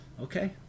okay